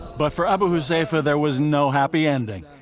but for abu huzaifa, there was no happy ending.